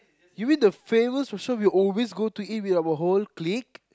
you mean the famous restaurant we always go to eat with our whole clique